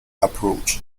approach